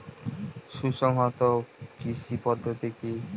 সুসংহত কৃষি পদ্ধতি কি?